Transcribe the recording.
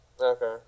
Okay